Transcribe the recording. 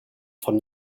von